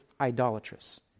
idolatrous